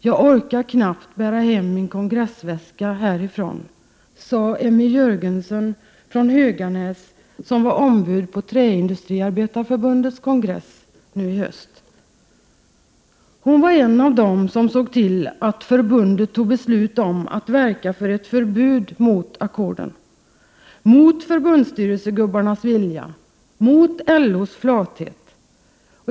Jag orkar knappt bära hem min kongressväska härifrån”, sade Emmy Jörgensen från Höganäs, som var ombud på Träindustriarbetareförbundets kongress nu i höst. Hon var en av dem som såg till att förbundet fattade beslut om att verka för ett förbud mot ackorden — mot förbundsstyrelsegubbarnas vilja, mot LO:s flathet.